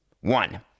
one